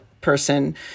person